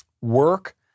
Work